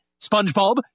SpongeBob